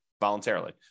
voluntarily